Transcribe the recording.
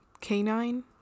canine